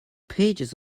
pages